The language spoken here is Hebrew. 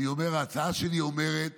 ההצעה שלי אומרת